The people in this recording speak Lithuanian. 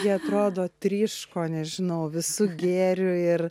ji atrodo tryško nežinau visu gėriu ir